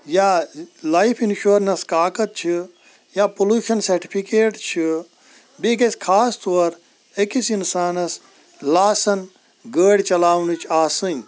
یا life insurance قاکَد چھِ یا پُلوٗشَن سَٹفِکیٚٹ چھِ بیٚیہِ گَژھِ خاص طوٚر أکِس اِنسانَس لاسَن گٲڑۍ چَلاوٕنٕچ آسٕنۍ